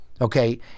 Okay